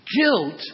Guilt